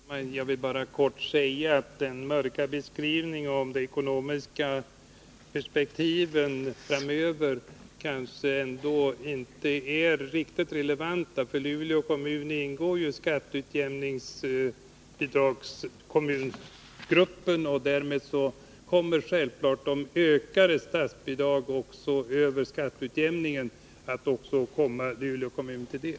Herr talman! Jag vill bara kortfattat säga att den mörka beskrivning av de ekonomiska perspektiven framöver som vi fick kanske ändå inte är riktigt relevant. Luleå kommun ingår ju i den grupp av kommuner som får skatteutjämningsbidrag, och därmed kommer självfallet ökningen av statsbidragen utöver skatteutjämningsbidraget att komma också Luleå kommun till del.